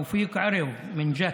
תאופיק ערו מג'ת,